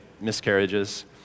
miscarriages